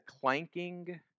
clanking